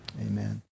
Amen